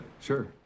sure